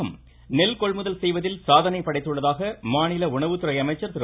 தமிழகம் நெல் கொள்முதல் செய்வதில் சாதனை படைத்துள்ளதாக மாநில உணவுத்துறை அமைச்சர் திரு